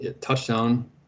touchdown